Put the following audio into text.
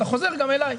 אתה חוזר גם אלי.